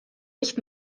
nicht